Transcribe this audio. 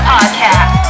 Podcast